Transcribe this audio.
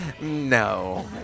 No